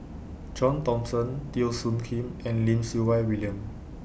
John Thomson Teo Soon Kim and Lim Siew Wai William